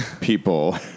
people